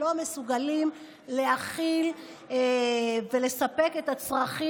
לא מסוגלים להכיל ולספק את הצרכים